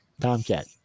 Tomcat